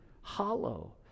hollow